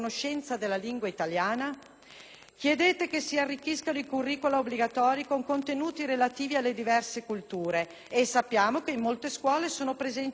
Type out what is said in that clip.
Chiedete che si arricchiscano i curricola obbligatori con contenuti relativi alle diverse culture, e sappiamo che in molte scuole sono presenti decine di culture diverse: